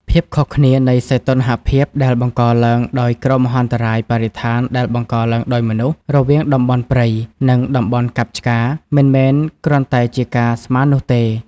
ភាពខុសគ្នានៃសីតុណ្ហភាពដែលបង្កឡើងដោយ គ្រោះមហន្តរាយបរិស្ថានដែលបង្កឡើងដោយមនុស្ស រវាងតំបន់ព្រៃ និងតំបន់កាប់ឆ្ការ មិនមែនគ្រាន់តែជាការស្មាននោះទេ។